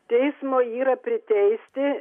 teismo yra priteisti